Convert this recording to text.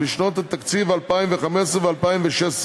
לשנות התקציב 2015 ו-2016),